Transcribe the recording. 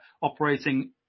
operating